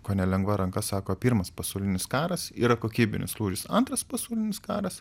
kone lengva ranka sako pirmas pasaulinis karas yra kokybinis lūžis antras pasaulinis karas